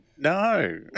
No